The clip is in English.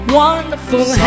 wonderful